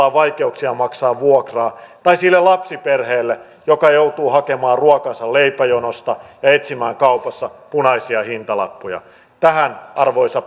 on vaikeuksia maksaa vuokraa tai sille lapsiperheelle joka joutuu hakemaan ruokansa leipäjonosta ja etsimään kaupassa punaisia hintalappuja tähän arvoisa